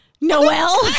Noel